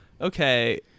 Okay